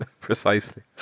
Precisely